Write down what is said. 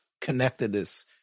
connectedness